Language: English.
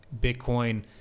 Bitcoin